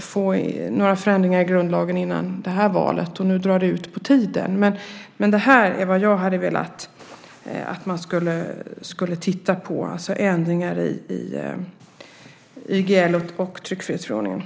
få in några ändringar i grundlagen före valet. Nu drar det ut på tiden. Jag hade alltså velat att man skulle titta på möjligheten till ändringar i yttrandefrihetsgrundlagen och tryckfrihetsförordningen.